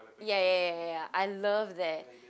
ya ya ya ya ya I love that